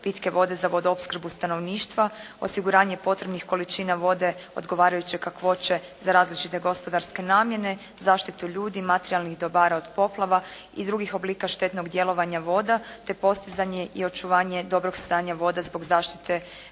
pitke vode za vodoopskrbu stanovništva, osiguranje potrebnih količina vode odgovarajuće kakvoće za različite gospodarske namjene, zaštitu ljudi, materijalnih dobara od poplava i drugih oblika štetnog djelovanja voda te postizanje i očuvanje dobrog stanja voda zbog zaštite